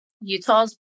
utah's